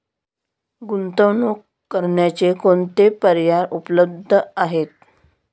गुंतवणूक करण्याचे कोणकोणते पर्याय उपलब्ध आहेत?